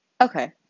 Okay